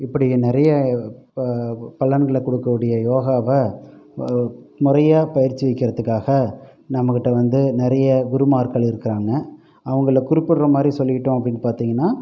இப்படி நிறைய ப பலன்களை கொடுக்கக் கூடிய யோகாவை முறையாக பயிற்றுவிக்கிறதுக்காக நம்மகிட்டே வந்து நிறையா குருமார்கள் இருக்கிறாங்க அவர்கள்ல குறிப்பிடுகிற மாதிரி சொல்லிக்கிட்டோம் அப்படின்னு பார்த்தீங்கன்னா